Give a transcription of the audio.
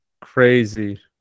crazy